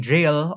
Jail